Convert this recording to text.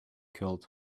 kilt